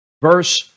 Verse